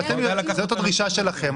זאת הדרישה שלכם.